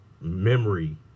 memory